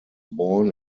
born